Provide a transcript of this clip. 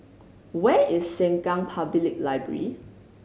where is Sengkang Public Library